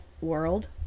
world